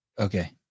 Okay